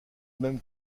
même